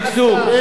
את השגשוג,